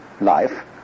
life